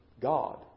God